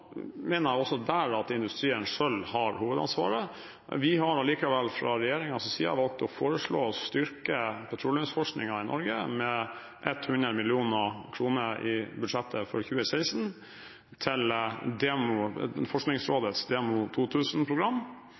mener jeg også der at industrien selv har hovedansvaret. Vi har allikevel fra regjeringens side valgt å foreslå å styrke petroleumsforskningen i Norge med 100 mill. kr i budsjettet for 2016 til Forskningsrådets DEMO